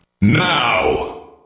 now